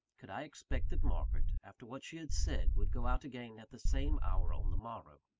could i expect that margaret, after what she had said, would go out again at the same hour on the morrow?